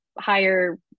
higher